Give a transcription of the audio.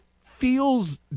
feels